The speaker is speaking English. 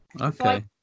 Okay